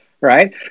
Right